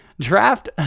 Draft